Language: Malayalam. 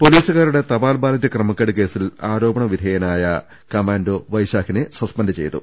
പൊലീസുകാരുടെ തപാൽബാലറ്റ് ക്രമക്കേട് കേസിൽ ആരോ പണവിധേയനായ കമാന്റോ വൈശാഖിനെ സസ്പെന്റ് ചെയ്തു